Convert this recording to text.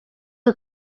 are